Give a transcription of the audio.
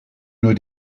nur